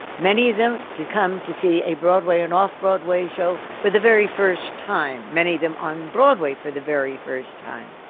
many of them to come to see a broadway or an off-broadway show for the very first time, many of them on broadway for the very first time.